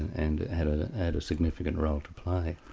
and had ah had a significant role to play.